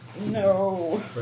No